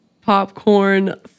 popcorn